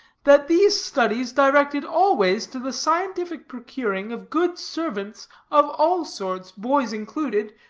that these studies directed always to the scientific procuring of good servants of all sorts, boys included,